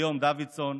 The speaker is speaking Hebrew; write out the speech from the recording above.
כיום דוידסון.